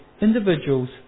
individuals